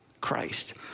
Christ